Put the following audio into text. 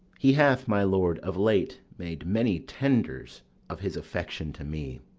he hath, my lord, of late made many tenders of his affection to me.